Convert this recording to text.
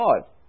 God